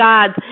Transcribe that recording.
God